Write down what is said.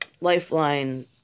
Lifeline